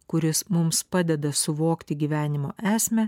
kuris mums padeda suvokti gyvenimo esmę